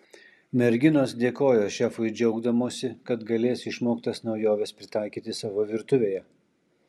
merginos dėkojo šefui džiaugdamosi kad galės išmoktas naujoves pritaikyti savo virtuvėje